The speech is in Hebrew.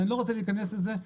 אני לא רוצה להיכנס לזה,